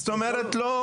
זאת אומרת לא,